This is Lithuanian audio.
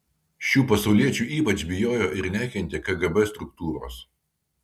šių pasauliečių ypač bijojo ir nekentė kgb struktūros